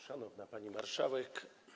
Szanowna Pani Marszałek!